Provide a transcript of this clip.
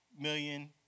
million